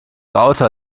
raute